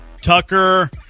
Tucker